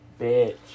bitch